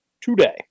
today